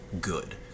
good